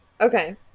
Okay